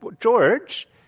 George